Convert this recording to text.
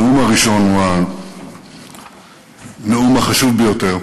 הנאום הראשון הוא הנאום החשוב ביותר,